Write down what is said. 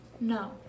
No